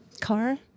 car